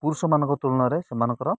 ପୁରୁଷମାନଙ୍କ ତୁଳନାରେ ସେମାନଙ୍କର